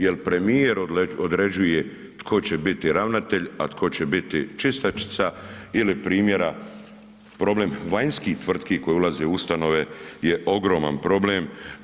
Jel premijer određuje tko će biti ravnatelj, a tko će biti čistačica ili primjera problem vanjskih tvrtki koje ulaze u ustanove je ogroman problem.